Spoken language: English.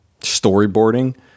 storyboarding